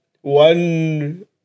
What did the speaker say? one